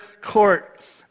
court